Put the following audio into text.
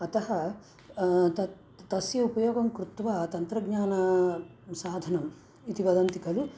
अतः तत् तस्य उपयोगं कृत्वा तन्त्रज्ञानसाधनम् इति वदन्ति खलु